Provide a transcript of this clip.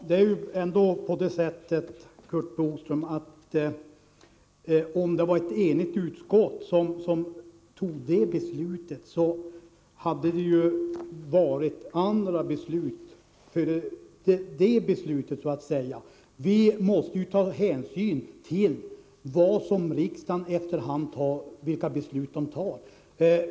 Herr talman! Att detta förslag lades fram av ett enigt utskott, Curt Boström, berodde på de beslut som tidigare hade fattats. Vi riksdagsmän måste ta hänsyn till de beslut som riksdagen efter hand fattar.